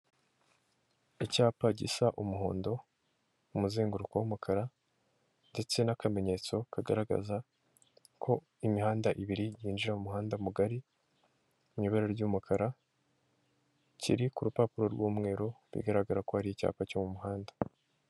Icyapa gisa umuhondo, umuzenguruko w'umukara, ndetse n'akamenyetso kagaragaza ko imihanda ibiri yinjira mu muhanda mugari, mu ibara ry'umukara, kiri ku rupapuro rw'umweru, bigaragara ko ari icyapa cyo mu muhanda.